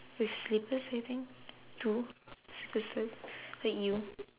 with slippers I think too with slippers like like you